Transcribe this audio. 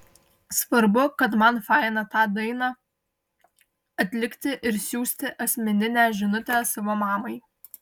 svarbu kad man faina tą dainą atlikti ir siųsti asmeninę žinutę savo mamai